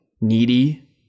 needy